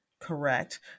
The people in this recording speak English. Correct